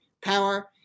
power